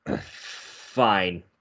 Fine